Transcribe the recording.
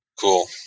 Cool